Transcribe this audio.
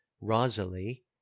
Rosalie